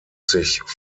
sich